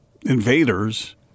invaders